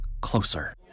closer